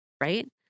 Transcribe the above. right